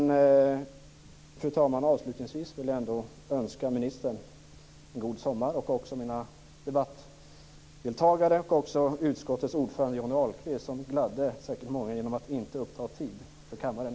Avslutningsvis, fru talman, vill jag önska ministern, debattdeltagare och utskottets ordförande Johnny Ahlqvist en god sommar. Han gladde säkert många genom att inte uppta tid för kammaren.